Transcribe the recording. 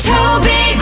Toby